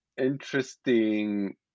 interesting